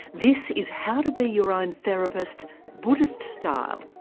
this is how to be your own therapist buddhist style.